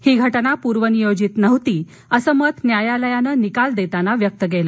ही घटना पूर्वनियोजित नव्हती असं मत न्यायालयानं निकाल देताना व्यक्त केलं